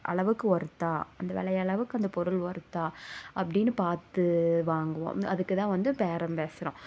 அளவுக்கு ஒர்த்தாக அந்த வெலை அளவுக்கு அந்த பொருள் ஒர்த்தாக அப்படினு பார்த்து வாங்குவோம் அதுக்குதான் வந்து பேரம் பேசுறோம்